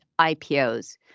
IPOs